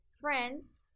Friends